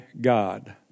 God